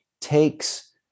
takes